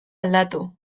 aldatu